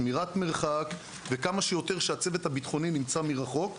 שמירת מרחק וכמה שיותר שהצוות שהביטחוני נמצא מרחוק.